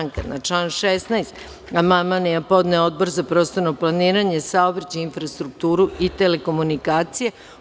Na član 16. amandman je podneo Odbor za prostorno planiranje, saobraćaj, infrastrukturu i telekomunikacije.